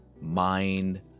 mind